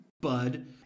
bud